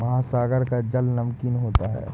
महासागर का जल नमकीन होता है